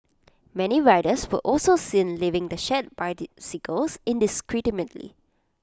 many riders were also seen leaving the shared indiscriminately